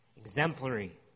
Exemplary